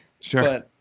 Sure